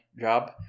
job